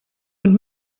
und